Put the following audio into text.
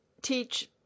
teach